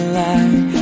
light